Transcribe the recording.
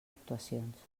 actuacions